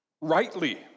rightly